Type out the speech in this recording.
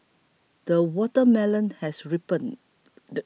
the watermelon has ripened